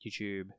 YouTube